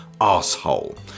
asshole